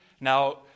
Now